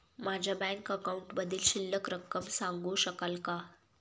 माझ्या बँक अकाउंटमधील शिल्लक रक्कम सांगू शकाल का?